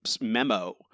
memo